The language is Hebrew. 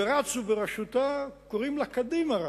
ורצו בראשותה, קוראים לה "קדימה".